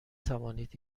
توانید